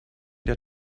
der